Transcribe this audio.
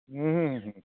ᱦᱩᱸ ᱦᱩᱸ